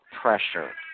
Pressure